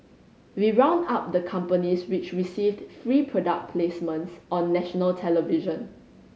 we round up the companies which received free product placements on national television